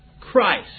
Christ